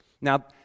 Now